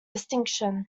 distinction